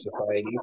society